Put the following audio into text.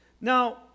Now